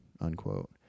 unquote